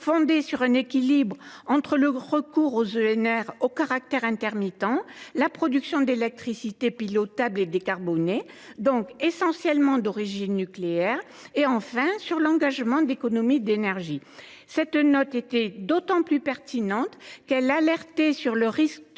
fondé sur un équilibre entre les énergies renouvelables au caractère intermittent, la production d’électricité pilotable et décarbonée, donc essentiellement d’origine nucléaire, et l’engagement d’économie d’énergie. Cette note était d’autant plus pertinente qu’elle alertait sur le risque de black out,